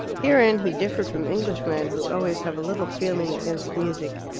herein he differed from englishmen, who always have a little feeling against music,